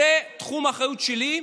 זה תחום האחריות שלי,